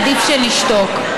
עדיף שנשתוק.